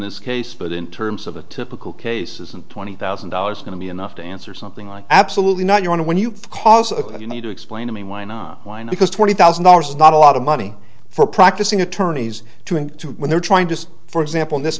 this case but in terms of the typical cases and twenty thousand dollars going to be enough to answer something like absolutely not you want to win you cause you need to explain to me why not wine because twenty thousand dollars is not a lot of money for practicing attorneys two and two when they're trying to for example in this